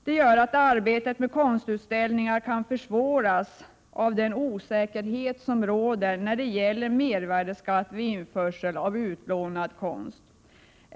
Detta gör att arbetet med konstutställningar kan försvåras, genom den osäkerhet som råder när det gäller mervärdeskatt vid införsel av utlånad konst.